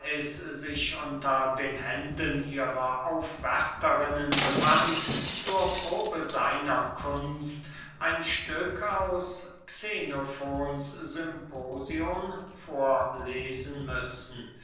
sich unter den händen ihrer aufwärterinnen befand zur probe seiner kunst ein stück aus xenofons symposion vorlesen müssen